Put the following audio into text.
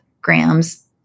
grams